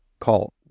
Call